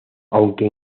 aunque